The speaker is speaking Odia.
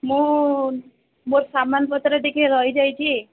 ମୁଁ ମୋର ସାମାନ ପତ୍ର ଟିକେ ରହି ଯାଇଛି